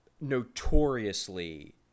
notoriously